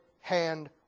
hand